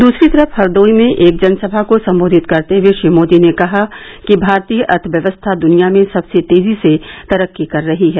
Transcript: दूसरी तरफ़ हरदोई में एक जनसभा को संबोधित करते हुए श्री मोदी ने कहा कि भारतीय अर्थव्यवस्था दुनिया में सबसे तेजी से तरक्की कर रही है